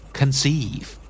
conceive